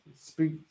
speak